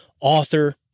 author